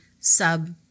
sub